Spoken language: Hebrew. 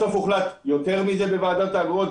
בסוף הוחלט יותר מזה בוועדת האגרות.